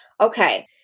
Okay